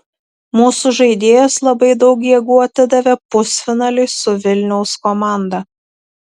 mūsų žaidėjos labai daug jėgų atidavė pusfinaliui su vilniaus komanda